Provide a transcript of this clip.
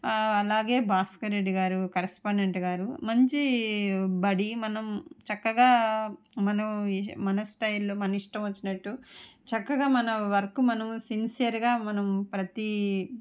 అలాగే భాస్కర్ రెడ్డి గారు కరెస్పాండెంట్ గారు మంచి బడి మనం చక్కగా మనం మన స్టైల్లో మన ఇష్టం వచ్చి నట్టు చక్కగా మనం వర్క్ మనం సిన్సియర్గా మనం ప్రతీ